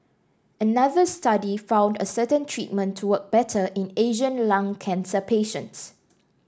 another study found a certain treatment to work better in Asian lung cancer patients